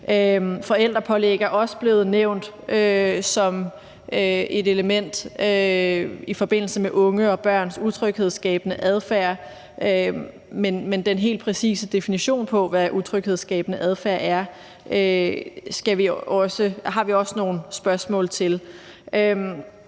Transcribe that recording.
Forældrepålæg er også blevet nævnt som et element i forbindelse med unges og børns utryghedsskabende adfærd, men den helt præcise definition på, hvad utryghedsskabende adfærd er, har vi også nogle spørgsmål til.